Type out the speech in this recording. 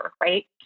right